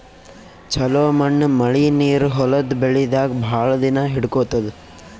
ಛಲೋ ಮಣ್ಣ್ ಮಳಿ ನೀರ್ ಹೊಲದ್ ಬೆಳಿದಾಗ್ ಭಾಳ್ ದಿನಾ ಹಿಡ್ಕೋತದ್